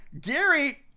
Gary